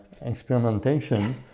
experimentation